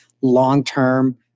long-term